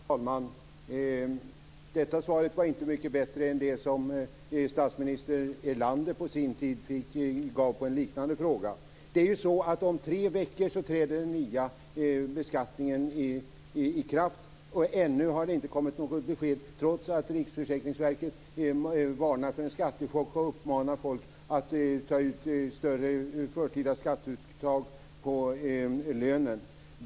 Fru talman! Detta svar var inte mycket bättre än det som statsminister Erlander på sin tid gav på en liknande fråga. Om tre veckor träder den nya beskattningen i kraft. Ännu har det inte kommit något besked, trots att Riksförsäkringsverket varnar för en skattechock och uppmanar folk att göra förtida skatteuttag på lönen.